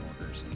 orders